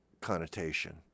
connotation